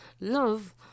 love